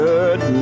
Good